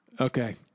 Okay